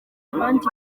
abandi